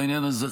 בעניין הזה,